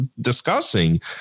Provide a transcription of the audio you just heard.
discussing